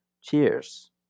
Cheers